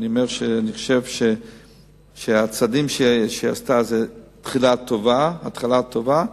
ואני חושב שהצעדים שהיא עשתה הם התחלה טובה,